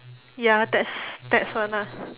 ya that's that's one ah